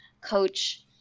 coach